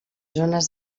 zones